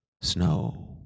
snow